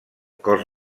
cos